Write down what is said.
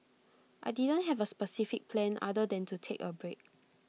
I didn't have A specific plan other than to take A break